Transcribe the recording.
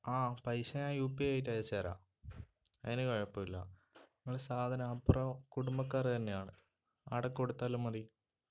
ആ പൈസ ഞാൻ യു പി ഐ ആയിട്ട് അയച്ച് തരാം അതിന് കുഴപ്പമില്ല നിങ്ങൾ സാധനം അപ്പുറം കുടുംബക്കാർ തന്നെയാണ് അവിടെ കൊടുത്താലും മതി